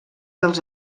dels